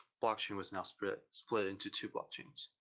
blockchain was now split split into two blockchains.